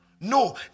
No